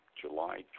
July